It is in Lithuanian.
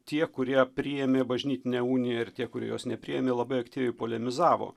tie kurie priėmė bažnytinę uniją ir tie kurie jos nepriėmė labai aktyviai polemizavo